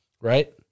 right